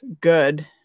good